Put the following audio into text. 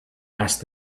asked